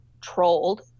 trolled